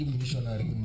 missionary